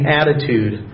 attitude